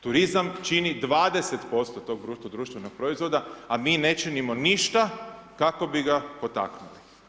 Turizam čini 20% tog društvenog proizvoda a mi ne činimo ništa kako bi ga potaknuli.